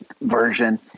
version